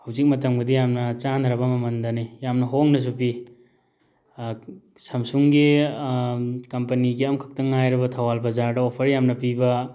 ꯍꯧꯖꯤꯛ ꯃꯇꯝꯒꯗꯤ ꯌꯥꯝ ꯆꯥꯟꯅꯔꯕ ꯃꯃꯜꯗꯅꯤ ꯌꯥꯝꯅ ꯍꯣꯡꯅꯁꯨ ꯄꯤ ꯁꯥꯝꯁꯨꯡꯒꯤ ꯀꯝꯄꯅꯤꯒꯤ ꯑꯃꯈꯛꯇꯪ ꯉꯥꯏꯔꯕ ꯊꯧꯕꯥꯜ ꯕꯖꯥꯔꯗ ꯑꯣꯐꯔ ꯌꯥꯝꯅ ꯄꯤꯕ